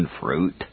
fruit